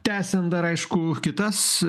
tęsiant dar aišku kitas